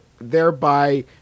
thereby